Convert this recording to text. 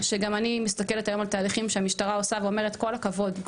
שגם אני מסתכלת היום על תהליכים שהמשטרה עושה ואומרת כל הכבוד,